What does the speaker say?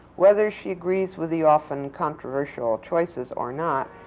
whether she agrees with the often-controversial choices or not,